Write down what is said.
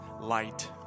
light